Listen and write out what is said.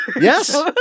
yes